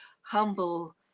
humble